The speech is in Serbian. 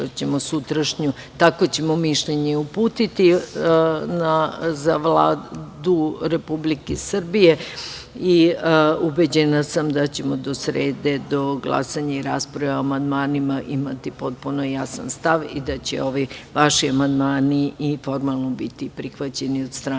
Takvo ćemo mišljenje i uputiti za Vladu Republike Srbije. Ubeđena sam da ćemo do srede, do glasanja i rasprave o amandmanima imati potpuno jasan stav i da će ovi vaši amandmani i formalno biti prihvaćeni od strane